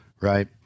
right